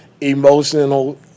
emotional